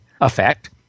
effect